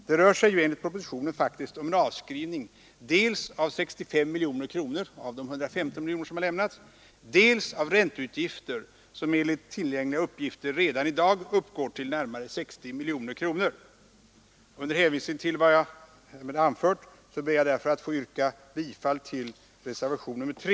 Det rör sig ju enligt propositionen faktiskt om en avskrivning dels av 65 miljoner kronor av de 115 miljoner som har lämnats, dels av ränteutgifter som enligt tillgängliga uppgifter redan i dag uppgår till närmare 60 miljoner kronor. Under hänvisning till vad jag nu har framfört ber jag därför att få yrka bifall till reservationen 3.